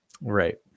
Right